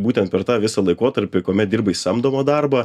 būtent per tą visą laikotarpį kuomet dirbai samdomą darbą